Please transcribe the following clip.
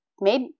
made